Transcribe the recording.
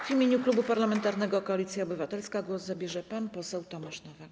W imieniu Klubu Parlamentarnego Koalicja Obywatelska głos zabierze pan poseł Tomasz Nowak.